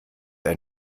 ein